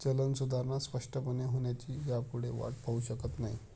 चलन सुधारणा स्पष्टपणे होण्याची ह्यापुढे वाट पाहु शकत नाही